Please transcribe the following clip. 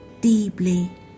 deeply